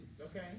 Okay